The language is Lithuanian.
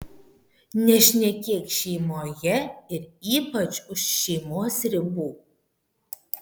nešnekėk šeimoje ir ypač už šeimos ribų